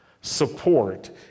support